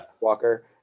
walker